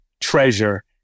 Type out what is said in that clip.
treasure